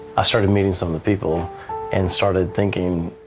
i started meeting some of the people and started thinking,